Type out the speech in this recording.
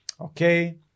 okay